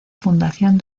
fundación